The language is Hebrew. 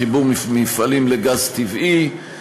חיבור מפעלים לגז טבעי,